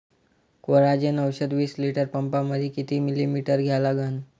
Coragen औषध विस litre पंपामंदी किती मिलीमिटर घ्या लागन?